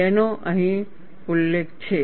જેનો અહીં ઉલ્લેખ છે